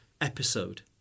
episode